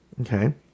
okay